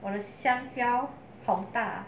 香蕉好大